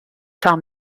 tant